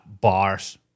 bars